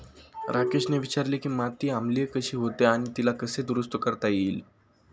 राकेशने विचारले की माती आम्लीय कशी होते आणि तिला कसे दुरुस्त करता येईल?